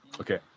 okay